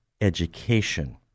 education